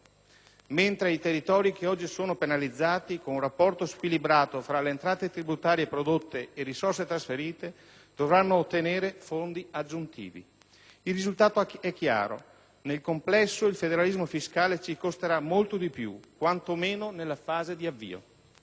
mentre i territori che oggi sono penalizzati, con un rapporto squilibrato fra le entrate tributarie prodotte e le risorse trasferite, dovranno ottenere fondi aggiuntivi. Il risultato è chiaro: nel complesso il federalismo fiscale ci costerà molto di più, quantomeno nella fase di avvio.